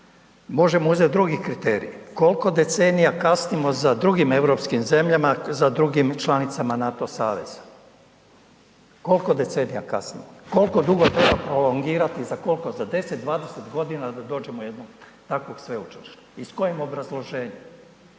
možemo uzeti drugi kriterij. Koliko decenija kasnimo za drugim europskim zemljama, za drugim članicama NATO saveza, koliko decenija kasnimo? Koliko dugo treba prolongirati, za koliko, za 10, 20 godina da dođemo do jednog takvog sveučilišta? I s kojim obrazloženjem?